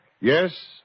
Yes